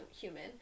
human